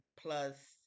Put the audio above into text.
plus